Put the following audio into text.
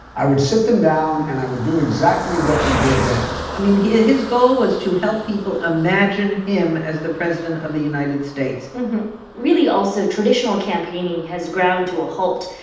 i would sit them down, and i would do exactly what we did then i mean, ah his goal was to help people imagine him as the president of the united states really, also, traditional campaigning has ground to a halt.